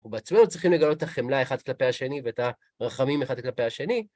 ובעצמנו צריכים לגלות את החמלה אחד כלפי השני ואת הרחמים אחד כלפי השני.